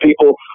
people